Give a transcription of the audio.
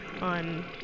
on